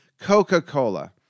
Coca-Cola